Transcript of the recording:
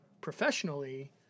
professionally